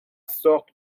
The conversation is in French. sorte